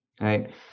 right